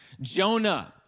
Jonah